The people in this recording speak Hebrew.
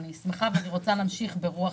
אני שמחה ואני רוצה להמשיך ברוח